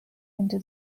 into